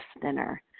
thinner